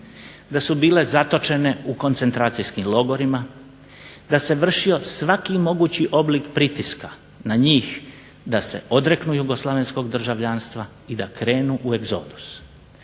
da su bile zatočene u koncentracijskih logorima, da se vršio svaki mogući oblik pritiska na njih da se odreknu jugoslavenskog državljanstva i da krenu u egzodus.